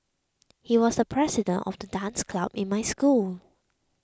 he was the president of the dance club in my school